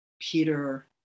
Peter